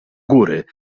góry